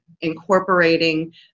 incorporating